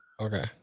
Okay